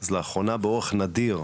אז לאחרונה באופן נדיר,